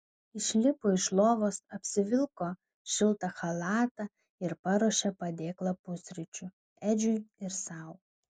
išlipo iš lovos apsivilko šiltą chalatą ir paruošė padėklą pusryčių edžiui ir sau